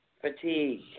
fatigue